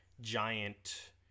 giant